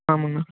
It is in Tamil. ஆமாண்ணா